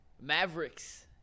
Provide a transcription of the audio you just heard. Mavericks